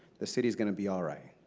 the city is going to be all right.